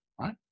right